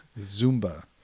Zumba